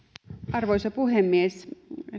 arvoisa puhemies